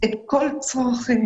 את כל צרכיהם.